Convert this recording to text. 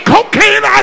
Cocaine